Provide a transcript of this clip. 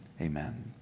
Amen